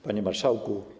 Panie Marszałku!